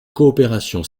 coopération